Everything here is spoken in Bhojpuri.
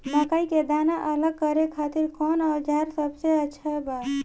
मकई के दाना अलग करे खातिर कौन औज़ार सबसे अच्छा बा?